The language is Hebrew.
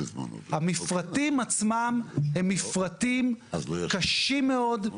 המפרטים עצמם הם מפרטים קשים מאוד,